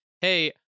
hey